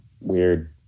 weird